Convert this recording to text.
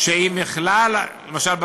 למשל,